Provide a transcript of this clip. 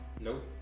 Nope